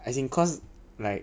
as in cause like